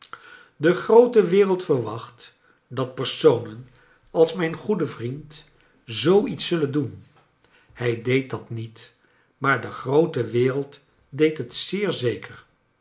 gavende groote wereld verwacht dat personen als mijn goede vriend zoo iets zullen doen hij deed dat niet maar de groote wereld deed het zeer zeker